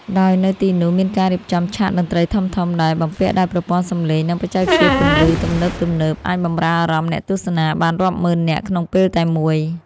ដោយនៅទីនោះមានការរៀបចំឆាកតន្ត្រីធំៗដែលបំពាក់ដោយប្រព័ន្ធសំឡេង និងបច្ចេកវិទ្យាពន្លឺទំនើបៗ អាចបម្រើអារម្មណ៍អ្នកទស្សនាបានរាប់ម៉ឺននាក់ក្នុងពេលតែមួយ។